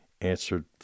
answered